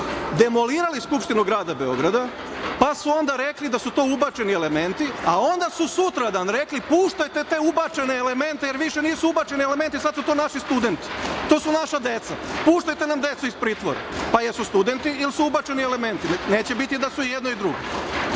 demolirali Skupštinu grada Beograda, pa su onda rekli da su to ubačeni elementi, a onda su sutradan rekli – puštajte te ubačene elemente jer više nisu ubačeni elementi, sada su to naši studenti, to su naša deca, puštajte nam decu iz pritvora. Jesu li studenti ili su ubačeni elementi? Neće biti da su jedno i drugo. Prema